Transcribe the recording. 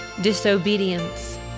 disobedience